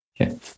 okay